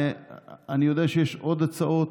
אני יודע שיש עוד הצעות.